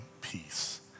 peace